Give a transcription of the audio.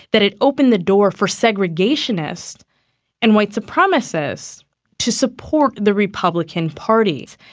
that it opened the door for segregationists and white supremacists to support the republican party.